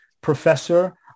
professor